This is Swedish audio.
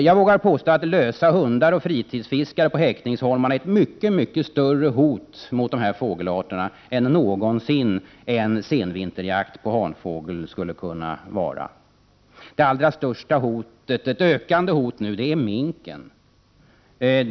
Jag vågar påstå att lösa hundar och fritidsfiskare på häckningsholmarna är ett mycket större hot mot dessa fågelarter än någonsin en senvinterjakt på hanfågel skulle kunna vara. Det allra största hotet — ett ökande hot nu — är minken.